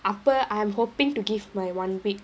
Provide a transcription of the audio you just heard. அப்ப:appa I am hoping to give my one week